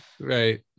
Right